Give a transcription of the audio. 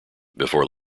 before